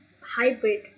hybrid